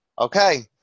Okay